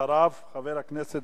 אחריו, חבר הכנסת